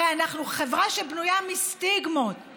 הרי אנחנו חברה שבנויה מסטיגמות,